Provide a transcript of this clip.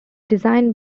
designed